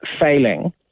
failing